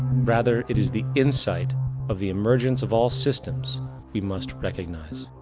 rather it is the insight of the emergence of all systems we must recognize.